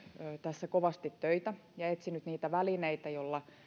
tässä kovasti töitä ja etsinyt niitä välineitä joilla